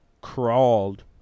crawled